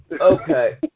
Okay